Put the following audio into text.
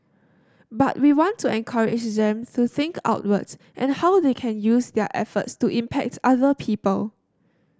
but we want to encourage them to think outwards and how they can use their efforts to impact other people